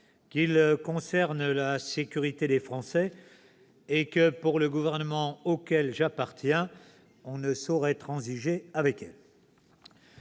qu'il concerne la sécurité des Français et que, pour le gouvernement auquel j'appartiens, l'on ne saurait transiger avec cette